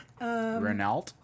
Renault